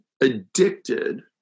addicted